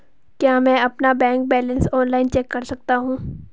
क्या मैं अपना बैंक बैलेंस ऑनलाइन चेक कर सकता हूँ?